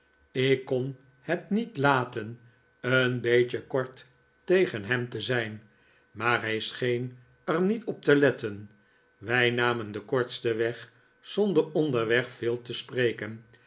ik kon het niet laten een beetje kort tegen hem te zijn maar hij scheen er niet op te letten wij namen den kortsten weg zonder onderweg veel te spreken